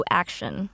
action